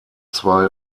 zwei